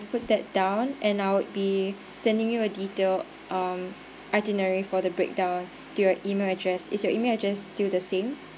put that down and I'll be sending you a detailed um itinerary for the breakdown to your email address is your email address still the same